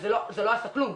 זה לא עשה כלום.